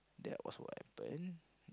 that was what happen